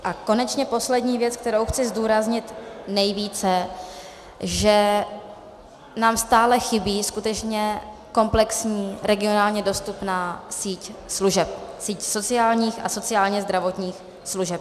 A konečně poslední věc, kterou chci zdůraznit nejvíce, že nám stále chybí skutečně komplexní, regionálně dostupná síť služeb, síť sociálních a sociálnězdravotních služeb.